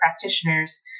practitioners